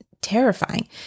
terrifying